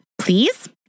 Please